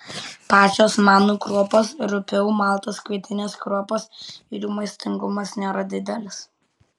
pačios manų kruopos rupiau maltos kvietinės kruopos ir jų maistingumas nėra didelis